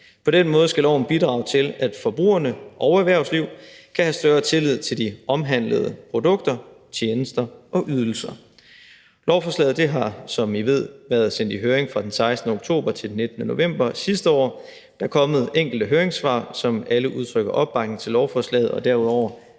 På den måde skal loven bidrage til, at forbrugerne og erhvervslivet kan have større tillid til de omhandlede produkter, tjenester og ydelser. Lovforslaget har, som I ved, været sendt i høring fra den 16. oktober til den 19. november sidste år. Der er kommet enkelte høringssvar, som alle udtrykker opbakning til lovforslaget og derudover